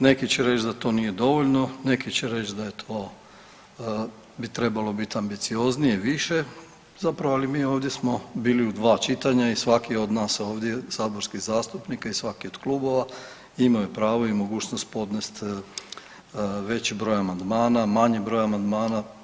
Neki će reći da to nije dovoljno, neki će reći da bi to trebalo biti ambicioznije, više zapravo ali mi ovdje smo bili u dva čitanja i svaki od nas ovdje saborskih zastupnika i svaki od klubova imaju pravo i mogućnost podnesti veći broj amandmana, manji broj amandmana.